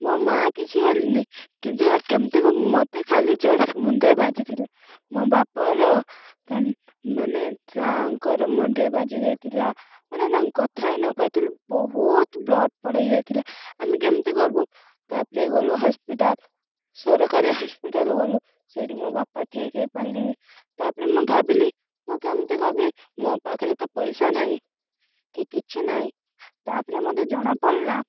ମୋ ମାଆ କିଛି ହେଲାନି କିନ୍ତୁ କେମିତି କି ମୋତେ ଖାଲି ଯଷ୍ଟ ମୁଣ୍ଡରେ ବାଜିଥିଲା ମୋ ବାପାର ମାନେ ତାଙ୍କର ମୁଣ୍ଡରେ ବାଜି ଯାଇଥିଲା ମାନେ ତାଙ୍କ କଥା ହିଁ କହିପାରୁ ନଥିଲେ ବହୁତ ବ୍ଲଡ଼ ପଡ଼ି ଯାଇଥିଲା ଆମେ କେମିତି କରିବୁ ତା'ପରେ ଗଲୁ ହସ୍ପିଟାଲ୍ ସରକାରୀ ହସ୍ପିଟାଲ୍ ଗଲୁ ସେଇଠି ମୋ ବାପା ଠିକ୍ ହୋଇ ପାରିଲେନି ତା'ପରେ ମୁଁ ଭାବିଲି ମୁଁ କେମିତି କରିବି ମୋ ପାଖରେ ତ ପଇସା ନାହିଁ କି କିଛି ନାହିଁ ତା'ପରେ ମୋତେ ଜଣା ପଡ଼ିଲା